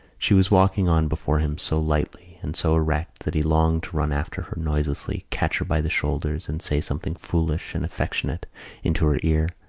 she was walking on before him so lightly and so erect that he longed to run after her noiselessly, catch her by the shoulders and say something foolish and affectionate into her ear.